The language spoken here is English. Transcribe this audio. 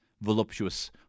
voluptuous